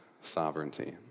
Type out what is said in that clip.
sovereignty